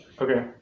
Okay